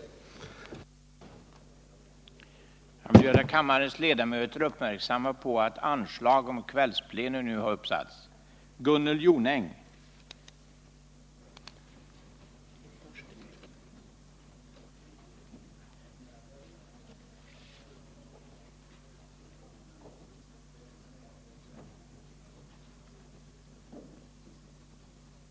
Vissa anslag m. m